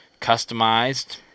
customized